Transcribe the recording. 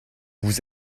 vous